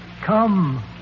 Come